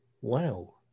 Wow